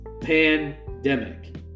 pandemic